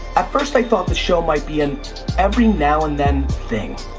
at first i thought the show might be an every now and then thing,